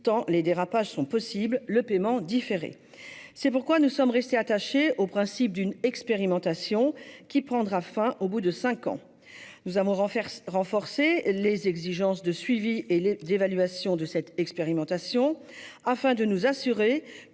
tant les dérapages sont possibles, le paiement différé. C'est pourquoi nous sommes restés attachés au principe d'une expérimentation, qui prendra fin au bout de cinq ans. Nous avons renforcé les exigences de suivi et d'évaluation de cette dernière, afin de nous assurer